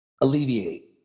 alleviate